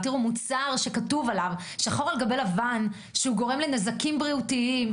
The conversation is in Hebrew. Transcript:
מוצר שכתוב עליו שחור על גבי לבן שהוא גורם לנזקים בריאותיים,